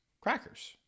Crackers